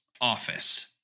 office